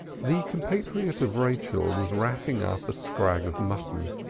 the compatriot of rachel was wrapping up a scrag of mutton.